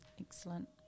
excellent